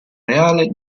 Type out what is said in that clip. reale